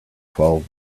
twelve